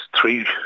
three